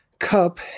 Cup